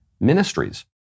Ministries